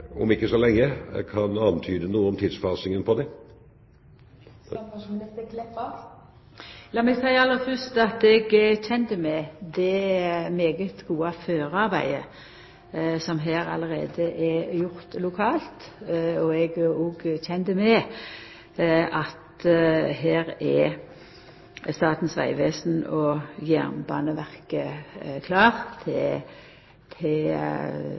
lenge, kan hun antyde noe om tidsfasingen på det? Lat meg seia aller fyrst at eg er kjend med det svært gode førearbeidet som allereie er gjort lokalt. Eg er òg kjend med at Statens vegvesen og Jernbaneverket er klare til å ta eit slikt oppdrag, om dei får det. Så til